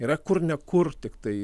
yra kur ne kur tiktai